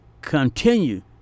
continue